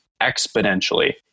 exponentially